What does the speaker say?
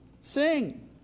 Sing